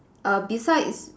err besides